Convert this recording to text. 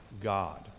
God